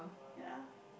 ya